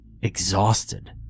exhausted